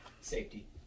Safety